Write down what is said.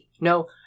No